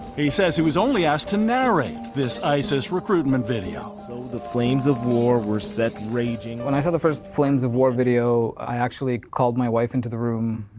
he says he was only asked to narrate this isis recruitment video. so the flames of war were set raging. when i saw the first flames of war video, i actually called my wife into the room,